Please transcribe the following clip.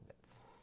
bits